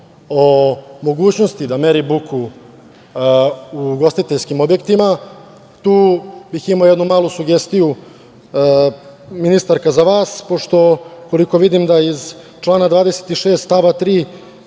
o mogućnosti da meri buku u ugostiteljskim objektima. Imao bih ovde jednu malu sugestiju ministarka za vas, koliko vidim iz člana 26. stav 3.